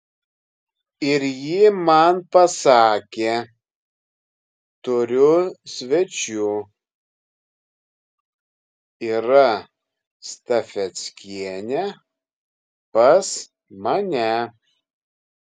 ir ji man pasakė turiu svečių yra stafeckienė pas mane